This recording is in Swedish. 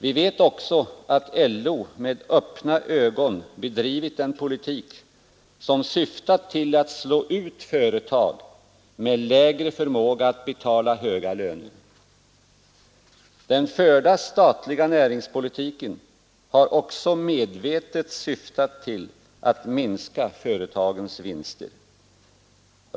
Vi vet också att LO med öppna ögon har bedrivit en politik som syftat till att slå ut företag med sämre förmåga att betala höga löner. Den förda statliga näringspolitiken har också medvetet syftat till att minska företagens vinster.